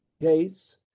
case